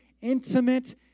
intimate